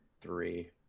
three